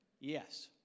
Yes